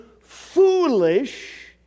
foolish